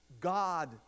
God